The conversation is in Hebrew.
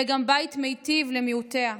וגם בית מיטיב למיעוטיה.